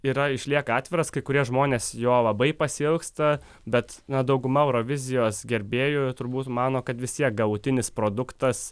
yra išlieka atviras kai kurie žmonės jo labai pasiilgsta bet na dauguma eurovizijos gerbėjų turbūt mano kad vis tiek galutinis produktas